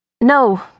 No